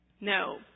No